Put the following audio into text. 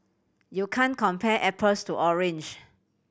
you can't compare apples to orange